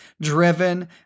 driven